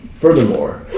Furthermore